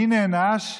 מי נענש?